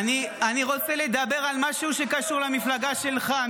--- אני רוצה לדבר על משהו שקשור למפלגה שלך,